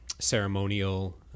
ceremonial